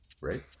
right